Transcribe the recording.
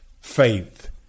faith